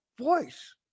voice